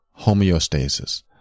homeostasis